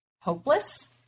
Hopeless